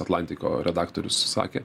atlantiko redaktorius sakė